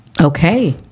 okay